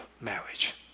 marriage